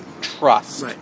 trust